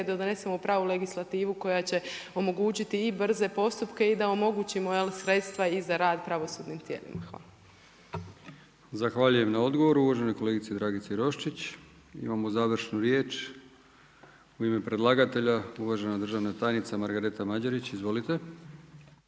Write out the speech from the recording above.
da donesemo pravu legislativu koja će omogućiti i brze postupke i da omogućimo sredstva i za rad pravosudnim tijelima. Hvala lijepa. **Brkić, Milijan (HDZ)** Zahvaljujem na odgovoru uvaženoj kolegici Dragici Roščić. Imamo završnu riječ, u ime predlagatelja uvažena državna tajnica Margareta Mađerić. Izvolite.